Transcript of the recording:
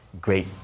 great